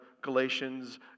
Galatians